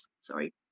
sorry